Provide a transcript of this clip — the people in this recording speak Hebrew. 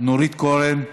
נורית קורן.